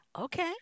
Okay